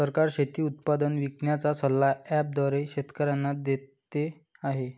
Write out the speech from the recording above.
सरकार शेती उत्पादन विकण्याचा सल्ला ॲप द्वारे शेतकऱ्यांना देते आहे